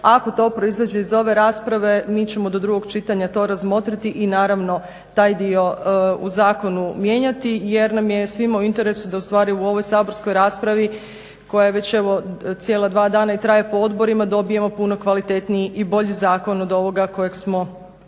Ako to proizađe iz ove rasprave mi ćemo do drugog čitanja to razmotriti i naravno taj dio u zakonu mijenjati jer nam je svima u interesu da ustvari u ovoj saborskoj raspravi koja je već evo cijela dva dana i traje po odborima dobijemo puno kvalitetniji i bolji zakon od ovoga kojeg smo u